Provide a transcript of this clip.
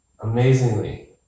Amazingly